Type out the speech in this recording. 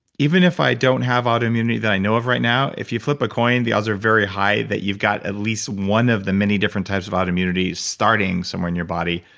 even if i don't have autoimmunity that i know of right now, if you flip the ah coin, the odds are very high that you've got at least one of the many different types of autoimmunity starting somewhere in your body.